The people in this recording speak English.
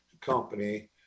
company